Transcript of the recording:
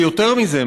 ויותר מזה,